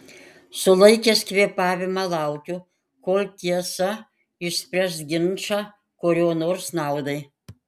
sulaikęs kvėpavimą laukiu kol tiesa išspręs ginčą kurio nors naudai